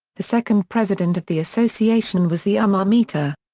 the second president of the association was the umar mita.